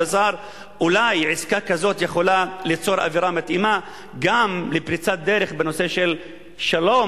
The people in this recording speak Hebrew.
אולי עסקה כזאת יכולה ליצור אווירה מתאימה גם לפריצת דרך בנושא של שלום,